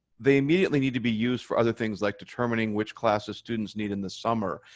they immediately need to be used for other things, like determining which classes students need in the summer.